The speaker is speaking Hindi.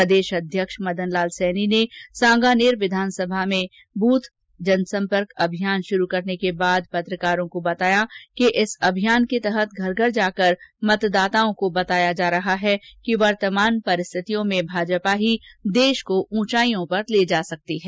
प्रदेश अध्यक्ष मदन लाल सैनी ने सांगानेर विधानसभा में बूथ जनसंपर्क अभियान शुरू करने के बाद पत्रकारों को बताया कि इस अभियान के तहत घर घर जाकर मतदाताओं बताया जा रहा है कि वर्तमान परिस्थितियों में भाजपा ही देष को उंचाइयों पर ले जा सकती है